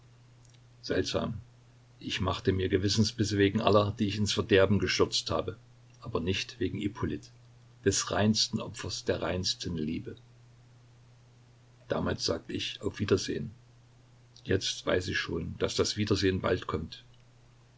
seltsam ich machte mir gewissensbisse wegen aller die ich ins verderben gestürzt habe aber nicht wegen ippolit des reinsten opfers der reinsten liebe damals sagte ich auf wiedersehen jetzt weiß ich schon daß das wiedersehen bald kommt